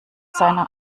seiner